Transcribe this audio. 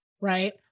right